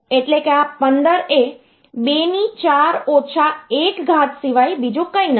એટલે કે આ 15 એ 2 ની 4 ઓછા 1 ઘાત સિવાય બીજું કંઈ નથી